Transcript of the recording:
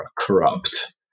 corrupt